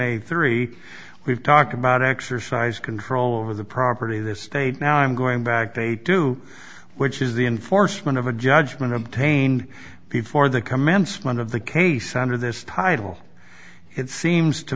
a three we've talked about exercise control over the property this state now i'm going back to do which is the enforcement of a judgment obtained before the commencement of the case under this title it seems to